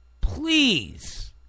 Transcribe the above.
please